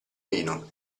vino